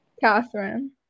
Catherine